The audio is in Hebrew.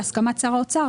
בהסכמת שר האוצר,